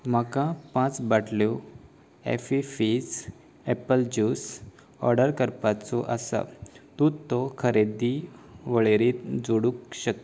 म्हाका पांच बाटल्यो ॲफी फीझ एप्पल जूस ऑडर करपाचो आसा तूं तो खरेदी वळेरेत जोडूक शक्